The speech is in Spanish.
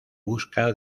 busca